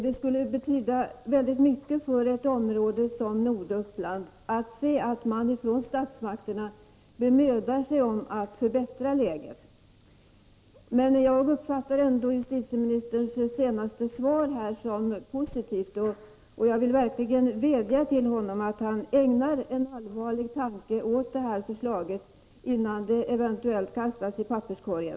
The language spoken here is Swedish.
Det skulle betyda oerhört mycket för ett område som norra Uppland om man ifrån statsmakternas sida bemödade sig om att förbättra läget. Jag uppfattar ändå justitieministerns senaste uttalande som positivt, och jag vill verkligen vädja till honom att han ägnar en allvarlig tanke åt det här förslaget, innan det eventuellt kastas i papperskorgen.